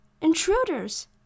Intruders